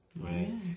right